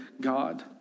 God